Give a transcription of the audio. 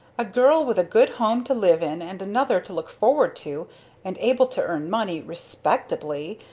a girl with a good home to live in and another to look forward to and able to earn money respectably!